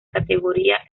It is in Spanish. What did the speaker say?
categoría